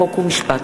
חוק ומשפט.